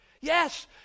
Yes